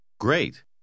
Great